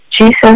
Jesus